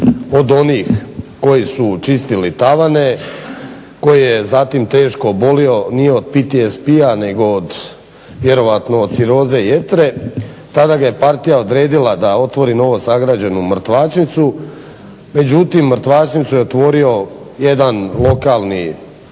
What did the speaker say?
od onih koji su čistili tavane, koji je zatim teško obolio, nije od PTSP-a nego od vjerojatno od ciroze jetre, tada ga je partija odredila da otvori novosagrađenu mrtvačnicu. Međutim mrtvačnicu je otvorio jedan lokalni